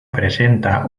presenta